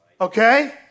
okay